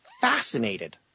fascinated